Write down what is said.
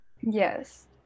Yes